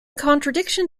contradiction